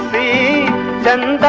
b been